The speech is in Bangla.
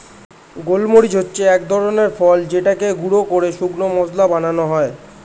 গোলমরিচ হচ্ছে এক ধরনের ফল যেটাকে গুঁড়ো করে শুকনো মসলা বানানো হয়